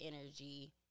energy